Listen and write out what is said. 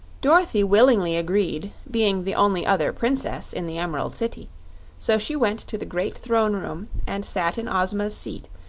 dorothy willingly agreed, being the only other princess in the emerald city so she went to the great throne-room and sat in ozma's seat,